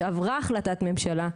שעברה החלטת ממשלה,